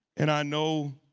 and i know